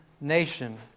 nation